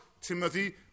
Timothy